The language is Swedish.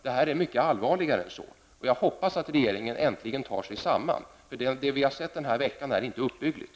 Detta är mycket allvarligare än så. Jag hoppas att regeringen äntligen tar sig samman. Det vi har sett den här veckan är inte uppbyggligt.